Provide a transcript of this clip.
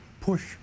push